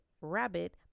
Rabbit